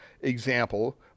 example